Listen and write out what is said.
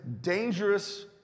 dangerous